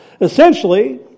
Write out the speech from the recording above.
Essentially